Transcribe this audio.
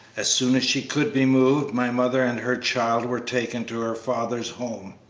as soon as she could be moved my mother and her child were taken to her father's home.